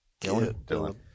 Dylan